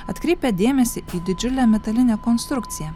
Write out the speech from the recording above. atkreipia dėmesį į didžiulę metalinę konstrukciją